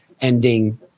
ending